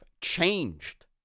changed